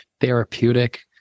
therapeutic